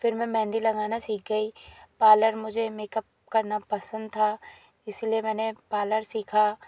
फिर मैं मेहंदी लगाना सीख गई पाल्लर मुझे मेकअप करना पसंद था इसलिए मैंने पाल्लर सीखा